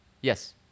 Yes